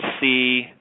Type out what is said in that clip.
see